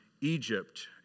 Egypt